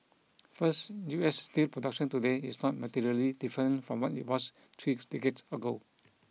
first US steel production today is not materially different from what it was three decades ago